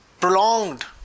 prolonged